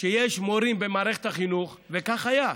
שיש מורים במערכת החינוך, כך היה,